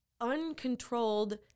Uncontrolled